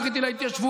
הוא קריטי להתיישבות,